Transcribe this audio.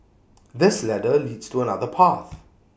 this ladder leads to another path